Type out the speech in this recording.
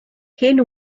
hen